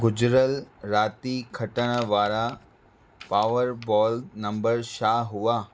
गुज़िरियल राति खटण वारा पावरबॉल नम्बर छा हुआ